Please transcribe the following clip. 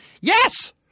Yes